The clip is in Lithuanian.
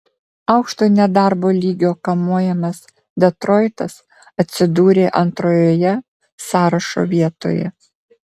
aukšto nedarbo lygio kamuojamas detroitas atsidūrė antrojoje sąrašo vietoje